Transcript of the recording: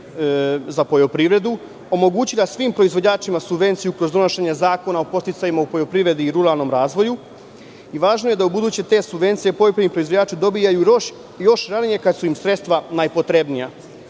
za poljoprivredu, omogućila svim proizvođačima subvenciju kroz donošenje Zakona o podsticajima u poljoprivredi i ruralnom razvoju i važno je da ubuduće te subvencije poljoprivredni proizvođači dobijaju još ranije, kada su im sredstva najpotrebnija. Kao